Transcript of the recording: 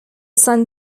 san